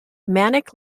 manic